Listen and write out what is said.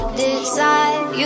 decide